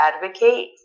advocate